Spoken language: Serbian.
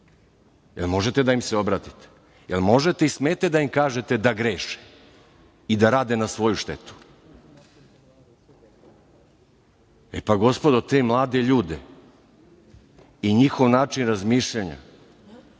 Jel možete da im se obratite? Jel možete i smete da im kažete da greše i da rade na svoju štetu?E, pa, gospodo, te mlade ljude i njihov način razmišljanja